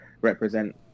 represent